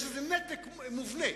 יש איזה נתק מובנה,